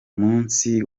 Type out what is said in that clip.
numunsi